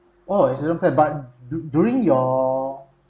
oh accident plan but d~ during your